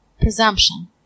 presumption